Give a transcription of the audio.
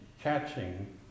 catching